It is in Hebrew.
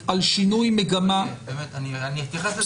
על שינוי מגמה --- אני אתייחס לזה.